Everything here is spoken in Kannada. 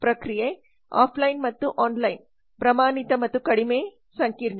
ಪ್ರಕ್ರಿಯೆ ಆಫ್ಲೈನ್ ಮತ್ತು ಆನ್ಲೈನ್ ಪ್ರಮಾಣಿತ ಮತ್ತು ಕಡಿಮೆ ಸಂಕೀರ್ಣ